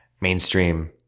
mainstream